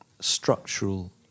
structural